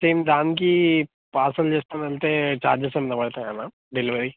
same దానికి parcel చేసుకుని వెళితే చార్జెస్ ఏమన్న పడతాయా మ్యామ్ డెలివరీ